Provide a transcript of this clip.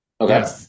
okay